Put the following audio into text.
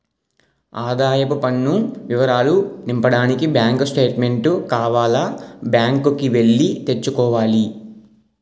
ఆదాయపు పన్ను వివరాలు నింపడానికి బ్యాంకు స్టేట్మెంటు కావాల బ్యాంకు కి ఎల్లి తెచ్చుకోవాల